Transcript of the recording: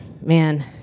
man